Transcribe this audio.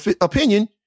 opinion